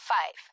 Five